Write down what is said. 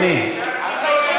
בעד,